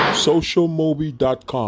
SocialMobi.com